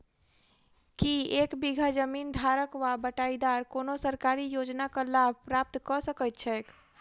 की एक बीघा जमीन धारक वा बटाईदार कोनों सरकारी योजनाक लाभ प्राप्त कऽ सकैत छैक?